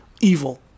evil